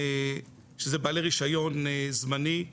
שזה בעלי רישיון זמני,